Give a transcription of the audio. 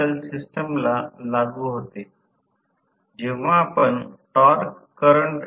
r2 S हा r2 r2 1 S 1लिहू शकतो याचा अर्थ r2 वजाबाकी r2 जोडा